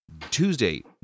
Tuesday